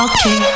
Okay